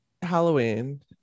Halloween